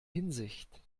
hinsicht